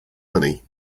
money